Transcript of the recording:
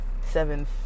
seven